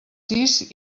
sis